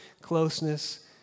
closeness